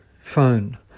phone